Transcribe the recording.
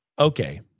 Okay